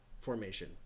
formation